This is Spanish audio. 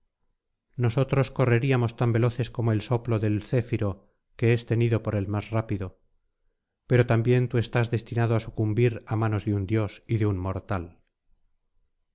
nosotros correríamos tan veloces como el soplo del céfiro que es tenido por el más rápido pero también tií estás destinado á sucumbir á manos de un dios y de un mortal